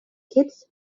kids